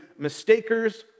mistakers